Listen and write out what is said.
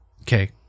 Okay